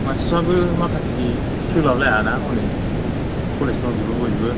मानसिफ्राबो माखासे सोलाबलायाना हनै कलेज दंजोबो बयबो